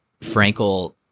Frankel